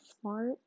smart